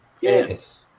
Yes